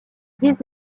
vise